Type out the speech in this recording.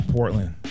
Portland